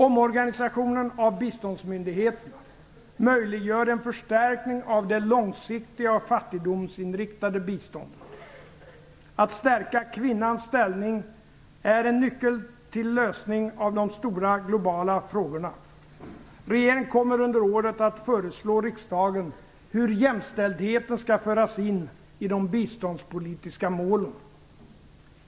Omorganisationen av biståndsmyndigheterna möjliggör en förstärkning av det långsiktiga och fattigdomsinriktade biståndet. Att stärka kvinnans ställning är en nyckel till lösning av de stora globala frågorna. Regeringen kommer under året att föreslå riksdagen hur jämställdheten skall föras in i de biståndspolitiska målen.